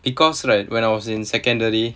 because right when I was in secondary